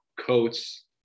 coats